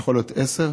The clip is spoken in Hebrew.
יכול להיות עשרה,